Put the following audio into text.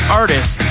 artists